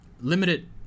limited